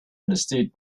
understood